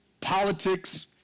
politics